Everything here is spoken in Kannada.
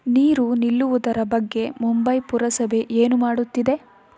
ನೀರು ನಿಲ್ಲುವುದರ ಬಗ್ಗೆ ಮುಂಬೈ ಪುರಸಭೆ ಏನು ಮಾಡುತ್ತಿದೆ